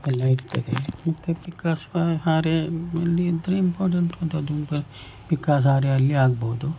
ಎಲ್ಲ ಇರ್ತದೆ ಮತ್ತೆ ಪಿಕ್ಕಾಸು ಹಾರೆ ಅಲ್ಲಿ ಇದ್ದರೆ ಇಂಪಾರ್ಟೆಂಟ್ ಮತ್ತೆ ಅದು ಪ ಪಿಕ್ಕಾಸು ಹಾರೆಯಲ್ಲಿ ಆಗಬಹುದು